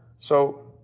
so,